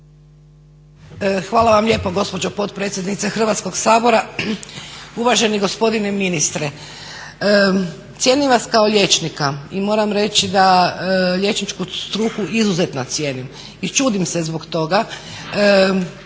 Hvala vam lijepo gospođo potpredsjednice Hrvatskoga sabora. Uvaženi gospodine ministre, cijenim vas kao liječnika i moram reći da liječničku struku izuzetno cijenim, i čudim se zbog toga